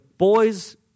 Boys